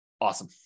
Awesome